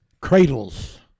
cradles